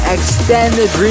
Extended